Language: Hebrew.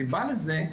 הסיבה לזה,